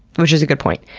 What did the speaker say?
which is a good point.